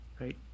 right